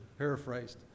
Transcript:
paraphrased